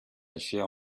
chair